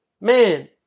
Man